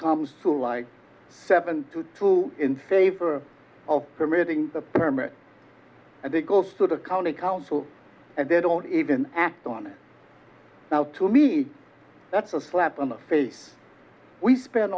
comes to like seven to two in favor of permitting the permit and they goes to the county council and they don't even act on it now to me that's a slap on the face we spen